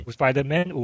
Spider-Man